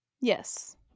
Yes